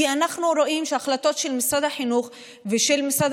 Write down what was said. כי אנחנו רואים שההחלטות של משרד החינוך ושל משרד